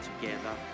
together